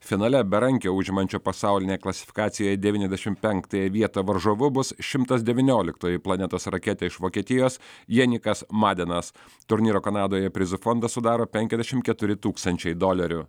finale berankio užimančio pasaulinėje klasifikacijoje devyniasdešimt penktąją vietą varžovu bus šimtas devynioliktoji planetos raketė iš vokietijos jenjikas madenas turnyro kanadoje prizų fondą sudaro penkiadešimt keturi tūkstančiai dolerių